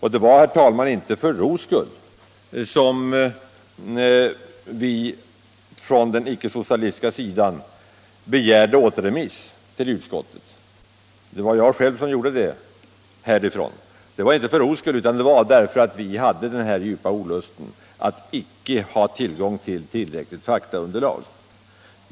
Och det var, herr talman, inte för ro skull som vi från den icke-socialistiska sidan begärde återremiss till utskottet — det var jag själv som gjorde det — utan det var därför att vi kände denna djupa olust över att icke ha tillgång till tillräckligt faktaunderlag.